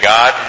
God